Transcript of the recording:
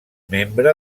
membre